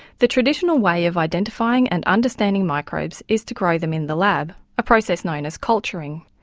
the traditional way of identifying and understanding microbes is to grow them in the lab a process known as culturing.